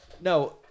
No-